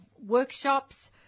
workshops